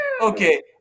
Okay